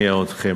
להכניע אתכם.